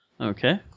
Okay